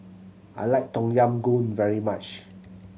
I like Tom Yam Goong very much